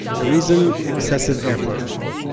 the reason excessive air pollution.